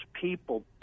people